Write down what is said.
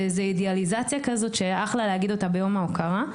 זה אידיאליזציה כזאת שאחלה להגיד אותה ביום ההוקרה,